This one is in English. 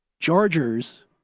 Chargers